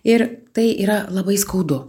ir tai yra labai skaudu